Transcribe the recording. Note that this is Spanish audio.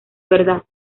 verdad